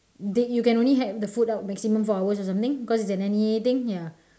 that you can only have the food out maximum four hours or something because it's a N_E_A thing ya